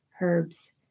herbs